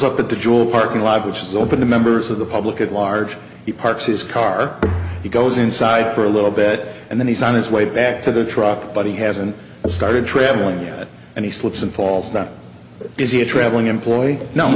up at the jewel parking lot which is open to members of the public at large he parks his car he goes inside for a little bit and then he's on his way back to the truck but he hasn't started travelling yet and he slips and falls down is he a traveling employee no